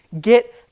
get